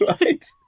right